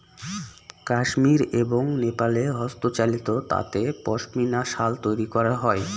কাশ্মির এবং নেপালে হস্তচালিত তাঁতে পশমিনা শাল তৈরী করা হয়